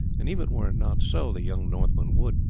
and even were it not so the young northman would,